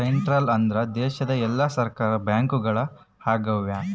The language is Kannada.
ಸೆಂಟ್ರಲ್ ಅಂದ್ರ ದೇಶದ ಎಲ್ಲಾ ಸರ್ಕಾರದ ಬ್ಯಾಂಕ್ಗಳು ಆಗ್ಯಾವ